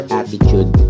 attitude